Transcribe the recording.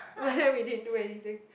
but then we didn't do anything